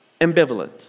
ambivalent